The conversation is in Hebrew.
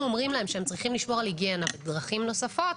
אומרים להם שהם צריכים לשמור על היגיינה בדרכים נוספות,